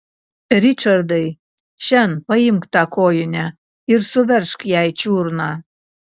ričardai šen paimk tą kojinę ir suveržk jai čiurną